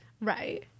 right